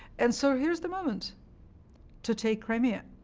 and so here is the moment to take crimea.